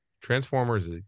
Transformers